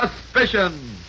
Suspicion